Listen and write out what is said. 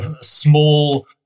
small